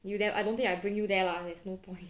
you then I don't think I bring you there lah there's no point